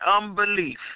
unbelief